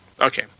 Okay